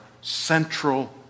central